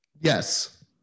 Yes